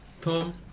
tom